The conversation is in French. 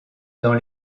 dans